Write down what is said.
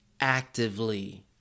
actively